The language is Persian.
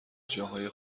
جاهای